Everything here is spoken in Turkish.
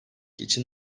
için